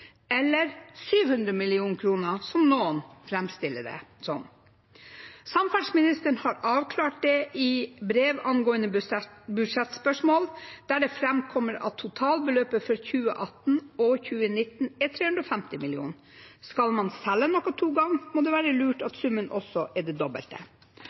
eller 700 mill. kr til sammen – slik noen framstiller det. Samferdselsministeren har avklart dette i brev angående budsjettspørsmål, der det framkommer at totalbeløpet for 2018 og 2019 er 350 mill. kr. Skal man selge noe to ganger, må det være lurt at summen også er det dobbelte.